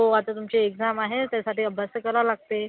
हो आता तुमची एक्झाम आहे त्याच्यासाठी अभ्यास तर करावं लागते